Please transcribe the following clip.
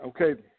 Okay